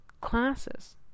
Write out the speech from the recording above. classes